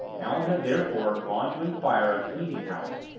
allan had therefore gone to inquire at the eating-house,